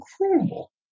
incredible